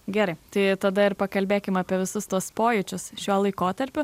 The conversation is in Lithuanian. gerai tai tada ir pakalbėkim apie visus tuos pojūčius šiuo laikotarpiu